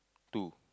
two